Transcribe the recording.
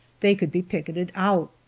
they could be picketed out.